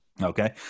Okay